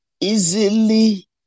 easily